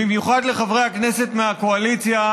במיוחד לחברי הכנסת מהקואליציה.